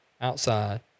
outside